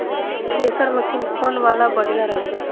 Thresher machine कौन वाला बढ़िया रही?